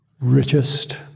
richest